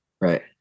Right